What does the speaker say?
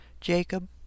Jacob